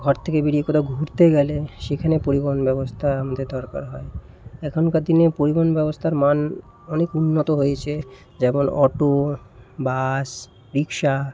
ঘর থেকে বেরিয়ে কোথাও ঘুরতে গেলে সেখানে পরিবহন ব্যবস্থা আমাদের দরকার হয় এখনকার দিনে পরিবহন ব্যবস্থার মান অনেক উন্নত হয়েছে যেমন অটো বাস রিকশা